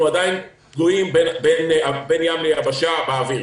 ואנחנו עדיין תלויים בין ים ליבשה באוויר.